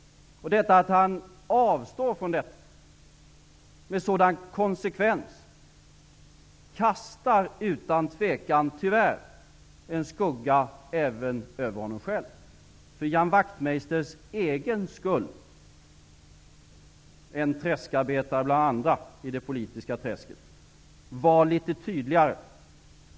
Att han avstår från detta med sådan konsekvens kastar utan tvivel, tyvärr, en skugga även över honom själv. För Ian Wachtmeisters egen skull, en träskarbetare bland andra i det politiska träsket, vill jag säga: Var litet tydligare!